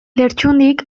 lertxundik